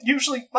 Usually